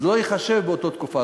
זה לא ייחשב באותה תקופה.